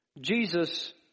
Jesus